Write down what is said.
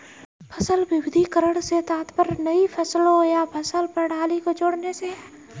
फसल विविधीकरण से तात्पर्य नई फसलों या फसल प्रणाली को जोड़ने से है